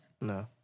No